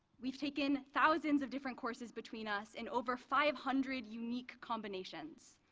we've taken thousands of different classes between us, in over five hundred unique combinations.